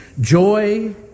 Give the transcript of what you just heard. Joy